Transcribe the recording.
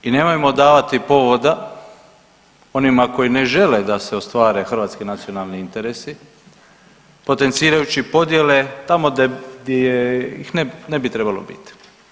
I nemojmo davati povoda onima koji ne žele da se ostvare hrvatski nacionalni interesi potencirajući podjele tamo gdje ih ne bi trebalo biti.